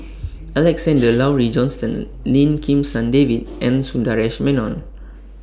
Alexander Laurie Johnston Lim Kim San David and Sundaresh Menon